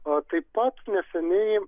o taip pat neseniai